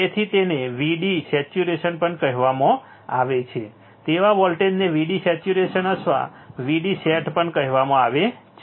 તેથી તેને VD saturation પણ કહેવામાં આવે છે તેવા વોલ્ટેજને VD સેચ્યુરેશન અથવા VD સેટ પણ કહેવામાં આવે છે